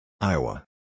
Iowa